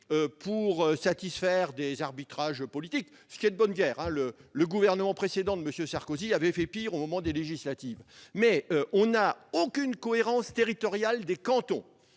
pour satisfaire des arbitrages politiques, ce qui est de bonne guerre- le gouvernement de M. Sarkozy avait fait pire au moment des législatives -, mais il n'y a plus aucune cohérence territoriale des cantons,